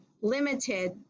limited